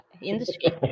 industry